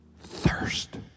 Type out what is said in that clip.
thirst